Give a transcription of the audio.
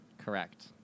Correct